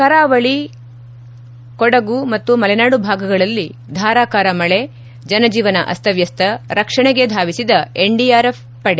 ಕರಾವಳಿ ಕೊಡಗು ಮತ್ತು ಮಲೆನಾಡು ಭಾಗಗಳಲ್ಲಿ ಧಾರಾಕಾರ ಮಳೆ ಜನಜೀವನ ಅಸ್ತವ್ಪಸ್ತ ರಕ್ಷಣೆಗೆ ಧಾವಿಸಿದ ಎನ್ಡಿಆರ್ಎಫ್ ಪಡೆ